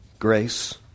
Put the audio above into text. Grace